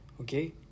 Okay